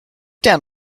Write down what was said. down